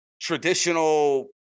traditional